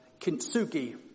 kintsugi